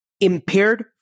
impaired